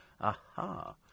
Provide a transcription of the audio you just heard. aha